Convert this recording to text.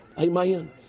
Amen